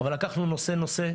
אבל לקחנו נושא-נושא,